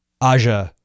Aja